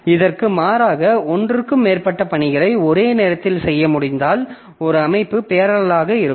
இதற்கு மாறாக ஒன்றுக்கு மேற்பட்ட பணிகளை ஒரே நேரத்தில் செய்ய முடிந்தால் ஒரு அமைப்பு பேரலல்லாக இருக்கும்